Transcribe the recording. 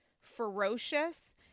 ferocious